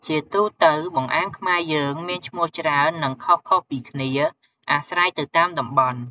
ជាទូទៅ បង្អែមខ្មែរយើងមានឈ្មោះច្រើន និងខុសៗពីគ្នាអាស្រ័យទៅតាមតំបន់។